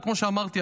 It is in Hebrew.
וכמו שאמרתי,